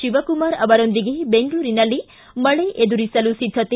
ಶಿವಕುಮಾರ್ ಅವರೊಂದಿಗೆ ಬೆಂಗಳೂರಿನಲ್ಲಿ ಮಳೆ ಎದುರಿಸಲು ಸಿದ್ಧತೆ